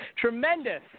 Tremendous